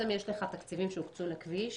יש תקציבים שהוקצו לכביש